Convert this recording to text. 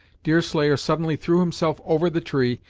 deerslayer suddenly threw himself over the tree,